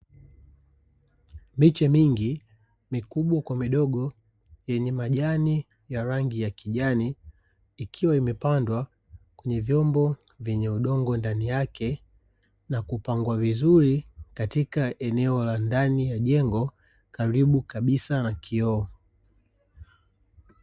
Miche mingi mikubwa kwa midogo yenye majani ya rangi ya kijani, ikiwa imepandwa kwenye vyombo vyenye udongo ndani yake na kupangwa vizuri katika eneo la ndani ya jengo karibu kabisa na kioo.